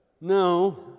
No